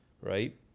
right